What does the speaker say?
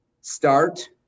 start